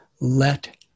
let